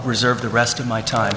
reserve the rest of my time